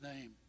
name